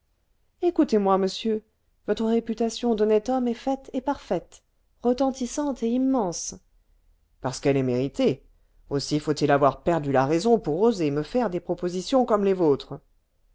écoutez-moi monsieur votre réputation d'honnête homme est faite et parfaite retentissante et immense parce qu'elle est méritée aussi faut-il avoir perdu la raison pour oser me faire des propositions comme les vôtres